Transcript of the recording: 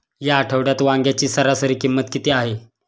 या आठवड्यात वांग्याची सरासरी किंमत किती आहे?